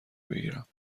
بگیرم